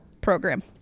program